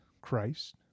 christ